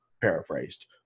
Paraphrased